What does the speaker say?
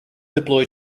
deploy